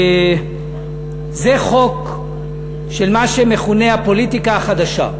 זה חוק של מה שמכונה הפוליטיקה החדשה.